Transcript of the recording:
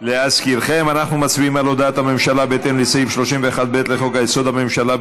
אנחנו מצביעים על הודעת הממשלה בהתאם לסעיף 31(ב) לחוק-יסוד: הממשלה,